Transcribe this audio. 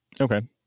Okay